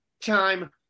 time